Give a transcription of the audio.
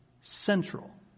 central